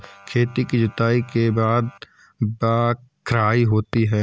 खेती की जुताई के बाद बख्राई होती हैं?